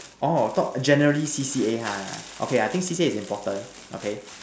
oh I thought generally C_C_A ha okay I think C_C_A is important okay